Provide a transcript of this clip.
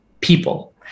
people